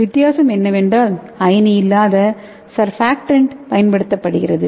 வித்தியாசம் என்னவென்றால் அயனி அல்லாத சர்பாக்டான்ட் பயன்படுத்தப்படுகிறது